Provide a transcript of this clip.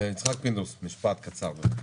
יצחק פינדרוס, משפט קצר, בבקשה.